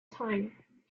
time